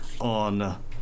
on